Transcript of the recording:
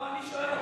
לא, אני שואל אותך.